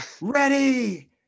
ready